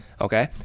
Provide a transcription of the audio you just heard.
Okay